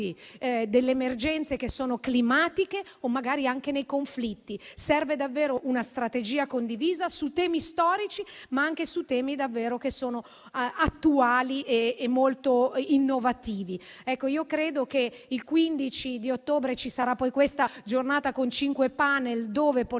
delle emergenze climatiche o magari anche nei conflitti. Serve davvero una strategia condivisa su temi storici, ma anche su temi che sono attuali e molto innovativi. Il 15 ottobre ci sarà questa giornata con cinque panel, dove porteremo